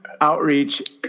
outreach